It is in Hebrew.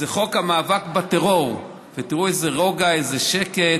זה חוק המאבק בטרור, ותראו איזה רוגע, איזה שקט.